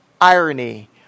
irony